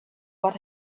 what